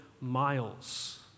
miles